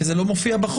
כי זה לא מופיע בחוק,